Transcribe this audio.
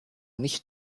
nicht